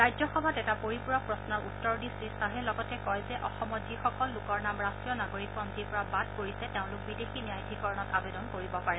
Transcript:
ৰাজ্যসভাত এটা পৰিপুৰক প্ৰশ্নৰ উত্তৰ দি শ্ৰীখাহে লগতে কয় যে অসমত যিসকল লোকৰ নাম ৰট্টীয় নাগৰিকপঞ্জীৰ পৰা বাদ পৰিছে তেওঁলোক বিদেশী ন্যায়াধিকৰণত আবেদন কৰিব পাৰে